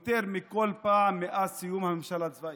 יותר מכל פעם מאז סיום הממשל הצבאי.